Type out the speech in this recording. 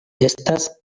estas